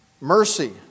Mercy